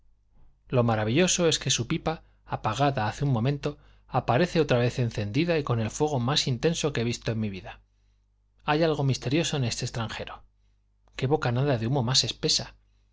lo maravilloso es que su pipa apagada hace un momento aparece otra vez encendida y con el fuego más intenso que he visto en mi vida hay algo misterioso en este extranjero qué bocanada de humo más espesa